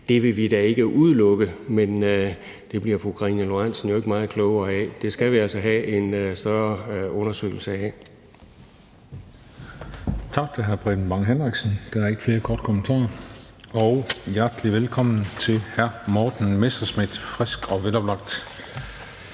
det vil vi da ikke udelukke, men det bliver fru Karina Lorentzen Dehnhardt jo ikke meget klogere af. Det skal vi altså have en større undersøgelse af. Kl. 16:54 Den fg. formand (Christian Juhl): Tak til hr. Preben Bang Henriksen. Der er ikke flere korte bemærkninger. Hjertelig velkommen til hr. Morten Messerschmidt – frisk og veloplagt.